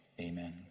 amen